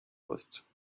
poste